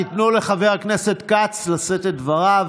תיתנו לחבר הכנסת כץ לשאת את דבריו.